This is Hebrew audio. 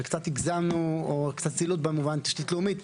וקצת הגזמנו או קצת זילות במובן של תשתית לאומית.